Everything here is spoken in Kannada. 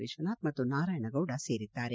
ವಿಶ್ವನಾಥ್ ಮತ್ತು ನಾರಾಯಣ ಗೌಡ ಸೇರಿದ್ದಾರೆ